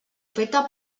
feta